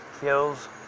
kills